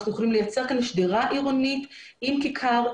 אנחנו יכולים לייצר כאן שדרה עירונית עם כיכר,